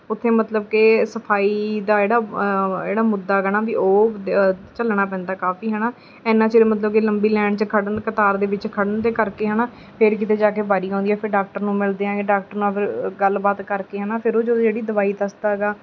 ਉੱਥੇ ਮਤਲਬ ਕਿ ਸਫਾਈ ਦਾ ਜਿਹੜਾ ਜਿਹੜਾ ਮੁੱਦਾ ਹੈਗਾ ਨਾ ਵੀ ਉਹ ਦ ਝੱਲਣਾ ਪੈਂਦਾ ਕਾਫੀ ਹੈ ਨਾ ਇੰਨਾਂ ਚਿਰ ਮਤਲਬ ਕਿ ਲੰਬੀ ਲਾਈਨ 'ਚ ਖੜ੍ਹਨ ਕਤਾਰ ਦੇ ਵਿੱਚ ਖੜ੍ਹਨ ਦੇ ਕਰਕੇ ਹੈ ਨਾ ਫਿਰ ਕਿਤੇ ਜਾ ਕੇ ਵਾਰੀ ਆਉਂਦੀ ਆ ਫਿਰ ਡਾਕਟਰ ਨੂੰ ਮਿਲਦੇ ਹਾਂ ਡਾਕਟਰ ਨਾਲ ਫਿਰ ਗੱਲਬਾਤ ਕਰਕੇ ਹੈ ਨਾ ਫਿਰ ਉਹ ਜਦੋਂ ਜਿਹੜੀ ਦਵਾਈ ਦੱਸਦਾ ਗਾ